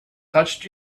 touched